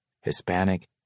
Hispanic